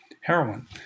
heroin